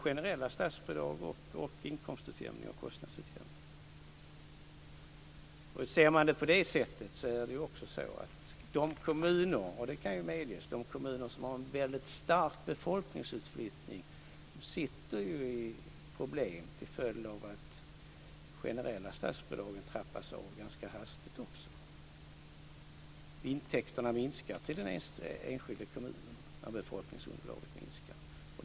Generella statsbidrag, inkomstutjämning och kostnadsutjämning hänger alltså ihop. Om man ser det på det sättet kan det också medges att de kommuner som har en väldigt stark befolkningsutflyttning får problem till följd av att generella statsbidrag trappas av ganska hastigt. Intäkterna minskar till den enskilda kommunen när befolkningsunderlaget minskar.